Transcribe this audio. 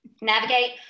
navigate